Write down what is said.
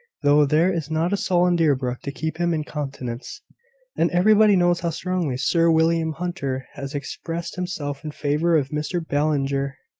though there is not a soul in deerbrook to keep him in countenance and everybody knows how strongly sir william hunter has expressed himself in favour of mr ballinger.